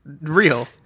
real